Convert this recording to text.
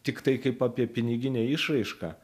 tiktai kaip apie piniginę išraišką